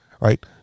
right